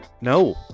No